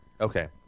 okay